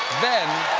then